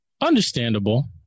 Understandable